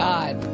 God